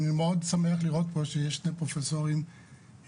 אני מאוד שמח לראות פה שיש שני פרופסורים מהאקדמיה